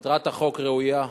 מטרת החוק ראויה.